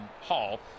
Hall